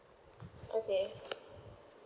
okay